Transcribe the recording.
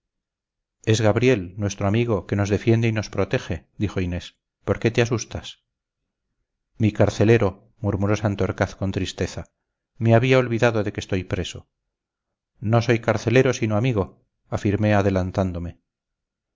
es gabriel nuestro amigo que nos defiende y nos protege dijo inés por qué te asustas mi carcelero murmuró santorcaz con tristeza me había olvidado de que estoy preso no soy carcelero sino amigo afirmé adelantándome